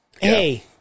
Hey